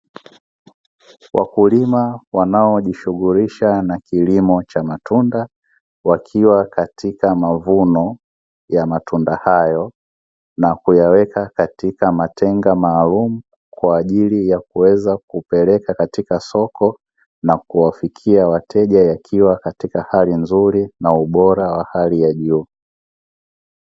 Wakulima wanaojishunghulisha na kilimo cha matunda, wakiwa katika mavuno ya matunda hayo na kuyaweka katika matenga maalumu kwa ajili ya kuweza kupeleka katika soko na kuwafikia wateja; yakiwa katika hali nzuri na ubora wa hali ya juu.